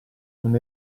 non